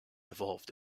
evolved